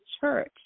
church